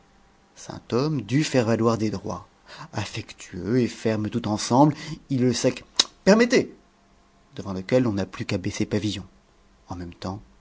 sainthomme dut faire valoir des droits affectueux et ferme tout ensemble il eut le sec permettez devant lequel on n'a plus qu'à baisser pavillon en même temps